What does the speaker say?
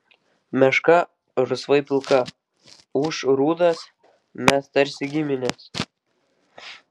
meška rusvai pilka ūš rudas mes tarsi giminės